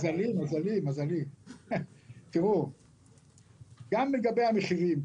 גם לגבי המחירים,